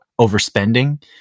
overspending